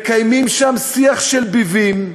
מקיימים שם שיח של ביבים,